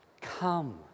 come